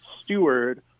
steward